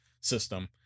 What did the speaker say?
system